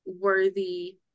worthy